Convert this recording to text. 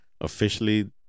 officially